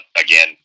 Again